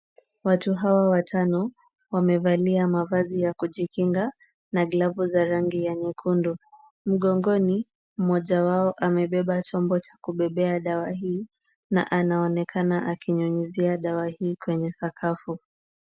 Watu hawa watano, wamevalia mavazi ya kujikinga na glavu za rangi ya nyekundu. Mgongoni, mmoja wao amebeba chombo cha kubebea dawa hii na anaonekana akinyunyizia dawa hii kwenye sakafu.